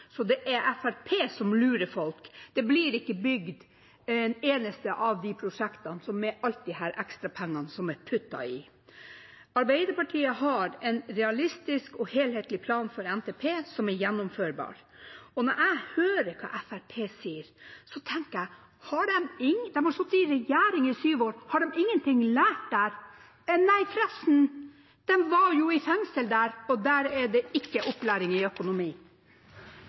det er Fremskrittspartiet som lurer folk. Ikke et eneste av prosjektene som alle disse ekstrapengene er puttet inn i, blir bygd. Arbeiderpartiet har en realistisk og helhetlig plan for NTP som er gjennomførbar. Når jeg hører hva Fremskrittspartiet sier, tenker jeg: De har sittet i regjering i sju år, har de ikke lært noen ting der? Nei, forresten, de var jo i fengsel, og der er det ikke opplæring i økonomi.